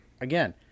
Again